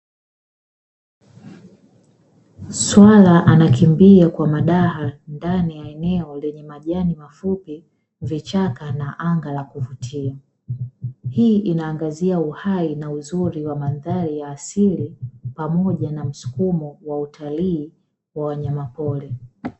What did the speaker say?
Swala anakimbia kwa madaha ndani ya eneo lenye majani mafupi, vichaka, na anga la kuvutia, hii inaangazia uhai na uzuri wa mandhari ya asili pamoja na msukumo wa utalii wa wanyamapori.